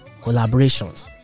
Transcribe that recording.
collaborations